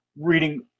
reading